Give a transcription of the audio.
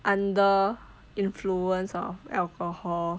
under influence of alcohol